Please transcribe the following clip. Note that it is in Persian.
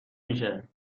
میشه